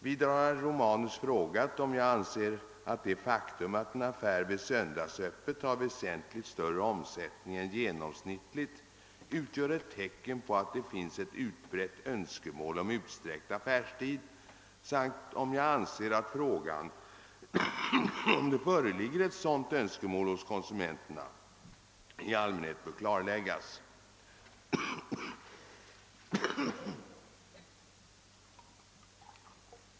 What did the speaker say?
Vidare har herr Romanus frågat, om jag anser att det faktum, att en affär vid söndagsöppet har väsentligt större omsättning än genomsnittligt, utgör ett tecken på att det finns ett utbrett önskemål om utsträckt affärstid samt om jag anser att frågan, om det föreligger ett sådant önskemål hos konsumenterna, i allmänhet bör klarläggas.